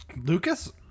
Lucas